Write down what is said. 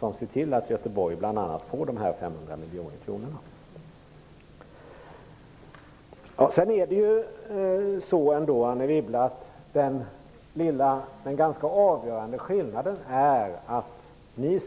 som bl.a. innebär att Göteborg får dessa 500 Det är vidare, Anne Wibble, en ganska avgörande skillnad mellan oss.